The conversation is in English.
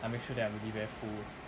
I make sure that I'm really very full